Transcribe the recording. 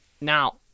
Now